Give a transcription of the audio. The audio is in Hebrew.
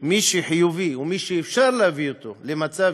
מי שחיובי ומי שאפשר להביא אותו למצב